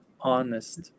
honest